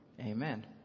Amen